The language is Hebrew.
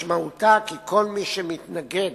משמעותה, שכל מי שמתנגד,